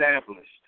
established